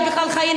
את בכלל ח'אינה,